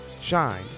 shine